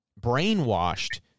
brainwashed